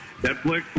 Netflix